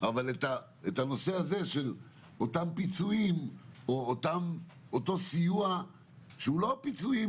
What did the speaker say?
לאסון מירון אבל את הנושא של פיצויים או סיוע מידי,